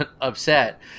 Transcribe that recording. upset